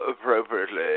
appropriately